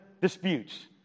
disputes